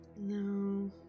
no